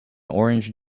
orange